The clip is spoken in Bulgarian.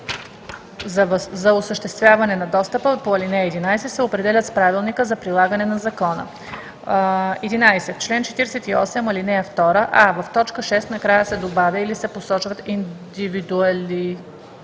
за осъществяване на достъпа по ал. 11 се определят с правилника за прилагане на закона.“ 11. В чл. 48, ал. 2: а) в т. 6 накрая се добавя „или се посочват индивидуализиращите